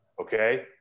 Okay